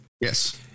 Yes